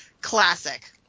classic